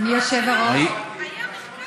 היה מחקר